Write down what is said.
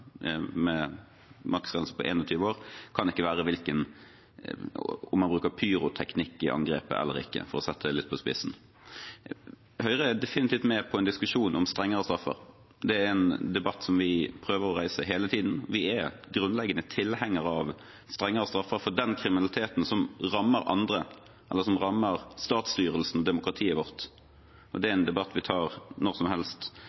med en maksgrense på 21 år, kan ikke være om man bruker pyroteknikk i angrepet eller ikke, for å sette det litt på spissen. Høyre er definitivt med på en diskusjon om strengere straffer. Det er en debatt som vi prøver å reise hele tiden. Vi er grunnhengende tilhengere av strengere straffer for den kriminaliteten som rammer andre, eller som rammer statsstyrelsen, demokratiet vårt. Det er en debatt vi tar når som helst,